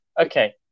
Okay